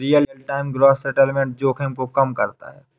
real time gross settlement जोखिम को कम करता है